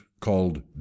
called